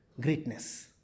Greatness